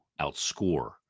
outscore